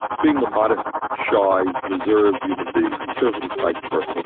being the modest, shy, reserved human being, conservative type person, they say,